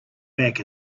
back